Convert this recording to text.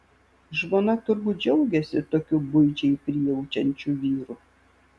žmona turbūt džiaugiasi tokiu buičiai prijaučiančiu vyru